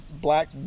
Black